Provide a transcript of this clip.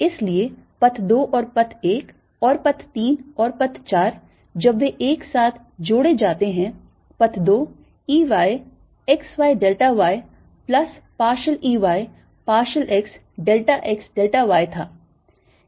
इसलिए पथ 2 और पथ 1 और पथ 3 और पथ 4 जब वे एक साथ जोड़े जाते हैं पथ 2 E y x y delta y plus partial E y partial x delta x delta y था